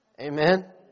Amen